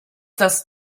das